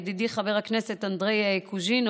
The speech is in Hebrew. ידידי חבר הכנסת אנדרי קוז'ינוב,